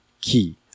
key